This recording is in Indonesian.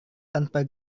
tanpa